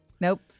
Nope